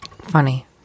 Funny